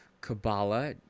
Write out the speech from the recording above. Kabbalah